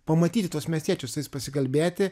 pamatyti tuos miestiečius su jais pasikalbėti